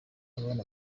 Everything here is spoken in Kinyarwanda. abana